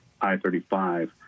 I-35